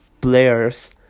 players